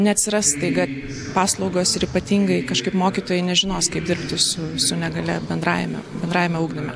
neatsiras staiga paslaugos ir ypatingai kažkaip mokytojai nežinos kaip dirbti su su negalia bendrajame bendrajame ugdyme